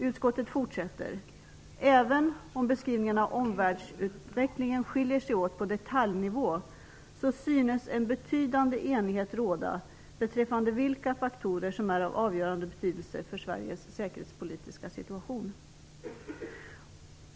Utskottet fortsätter: Även om beskrivningen av omvärldsutvecklingen skiljer sig åt på detaljnivå så synes en betydande enighet råda beträffande vilka faktorer som är av avgörande betydelse för Sveriges säkerhetspolitiska situation.